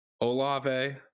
Olave